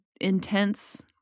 intense